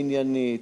עניינית,